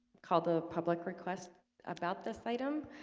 called the public request about this item.